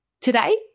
Today